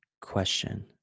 Question